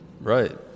Right